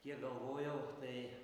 kiek galvojau tai tai